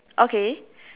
okay